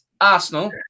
arsenal